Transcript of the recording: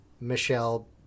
Michelle